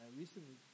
recently